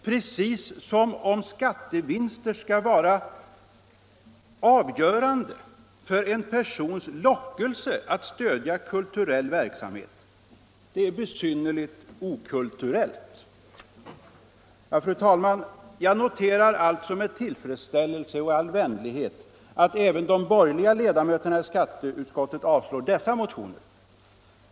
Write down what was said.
Precis som om skattevinster skall vara avgörande för en persons lockelse att stödja kulturell verksamhet. Det är besynnerligt okulturellt! Fru talman! Jag noterar alltså med tillfredsställelse och i all vänlighet att även de borgerliga ledamöterna i skatteutskottet avstyrker dessa motioner.